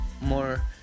more